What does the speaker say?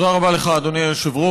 תודה רבה לך, אדוני היושב-ראש.